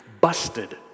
busted